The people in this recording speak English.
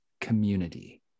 community